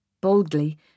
Boldly